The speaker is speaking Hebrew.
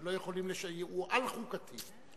הוא על-חוקתי.